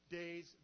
days